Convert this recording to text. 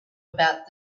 about